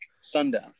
sundown